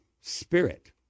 spirit